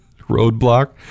roadblock